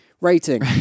Rating